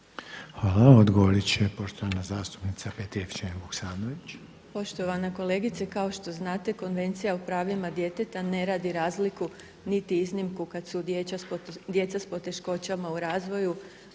Hvala. Odgovorit će poštovana zastupnica Petrijevčanin Vuksanović. **Petrijevčanin Vuksanović, Irena (HDZ)** Poštovane kolegice, kao što znate Konvencija o pravima djeteta ne radi razliku niti iznimku kad su djeca s poteškoćama u razvoju